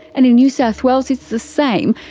and in new south wales, it's the same,